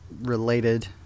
related